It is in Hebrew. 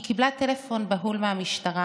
היא קיבלה טלפון בהול מהמשטרה,